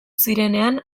zirenean